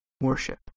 worship